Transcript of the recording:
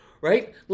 right